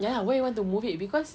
ya lah where you want to move it because